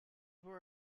were